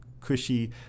cushy